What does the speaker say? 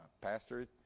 Pastor